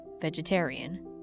vegetarian